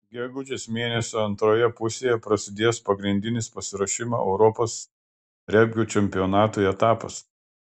gegužės mėnesio antroje pusėje prasidės pagrindinis pasiruošimo europos regbio čempionatui etapas